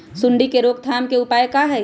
सूंडी के रोक थाम के उपाय का होई?